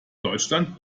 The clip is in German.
deutschland